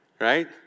right